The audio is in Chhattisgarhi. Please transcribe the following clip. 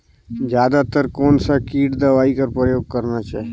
जादा तर कोन स किट दवाई कर प्रयोग करना चाही?